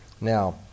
Now